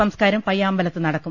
സംസ്കാരം പയ്യാ മ്പലത്ത് നടക്കും